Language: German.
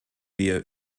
wir